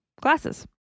Glasses